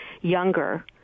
younger